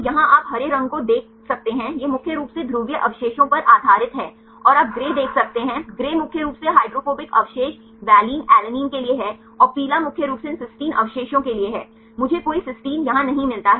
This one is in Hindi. तो यहाँ आप हरे रंग को देख सकते हैं यह मुख्य रूप से ध्रुवीय अवशेषों पर आधारित है और आप ग्रे देख सकते हैं ग्रे मुख्य रूप से हाइड्रोफोबिक अवशेष वालीन ऐलेनिन के लिए है और पीला मुख्य रूप से इन सिस्टीन अवशेषों के लिए है मुझे कोई सिस्टीन यहाँ नहीं मिलता है